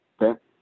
okay